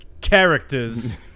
characters